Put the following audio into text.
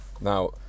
Now